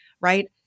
right